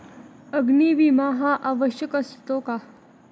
अग्नी विमा हा आवश्यक असतो का?